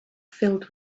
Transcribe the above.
filled